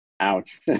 ouch